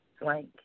blank